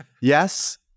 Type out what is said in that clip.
Yes